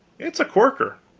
it's a corker.